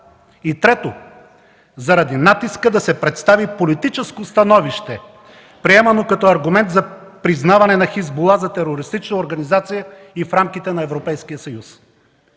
- трето, заради натиска да се представи политическо становище, приемано като аргумент за признаване на „Хизбула” за терористична организация и в рамките на Европейския съюз.